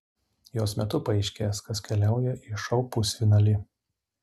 jos metu paaiškės kas keliauja į šou pusfinalį